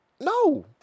No